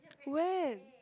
when